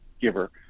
giver